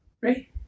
right